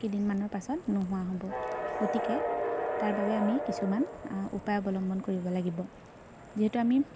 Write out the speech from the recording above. কেইদিনমানৰ পাছত নোহোৱা হ'ব গতিকে তাৰ বাবে আমি কিছুমান উপায় অৱলম্বন কৰিব লাগিব যিহেতু আমি